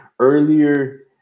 earlier